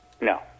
No